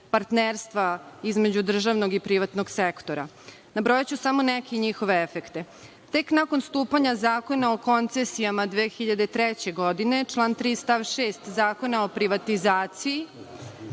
partnerstva između državnog i privatnog sektora. Nabrojaću samo neke njihove efekte. Tek nakon stupanja Zakona o koncesijama 2003. godine, član 3. stav 6. Zakona o privatizaciji,